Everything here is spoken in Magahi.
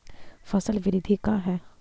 फसल वृद्धि का है?